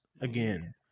again